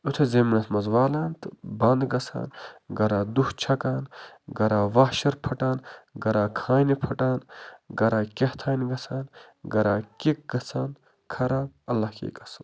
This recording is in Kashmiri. یُتھٕے زٔمیٖنَس منٛز والان تہٕ بَنٛد گژھان گَرا دُہ چھکان گَرا واشَر پھُٹان گرا خانہِ پھُٹان گَرا کیٛاہ تھام گژھان گَرا کِک گژھان خراب اللہ کی قسم